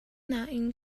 nain